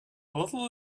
little